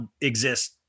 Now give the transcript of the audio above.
exist